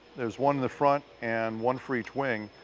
there's one in the front and one for each wing,